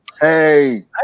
hey